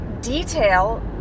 detail